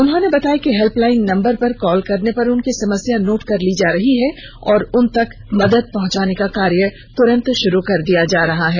उन्होंने बताया कि हेल्पलाइन नंबर पर कॉल करने पर उनकी समस्या नोट कर ली जा रही है और उन तक मदद पहुंचाने का कार्य तुरंत शुरू कर दिया जा रहा है